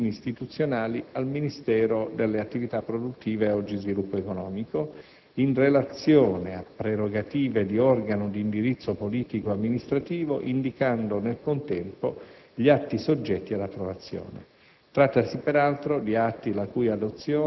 e sul perseguimento dei relativi fini istituzionali al Ministero delle attività produttive (oggi Ministero dello sviluppo economico), in relazione a prerogative di organo d'indirizzo politico-amministrativo, indicando, nel contempo, gli atti soggetti all'approvazione.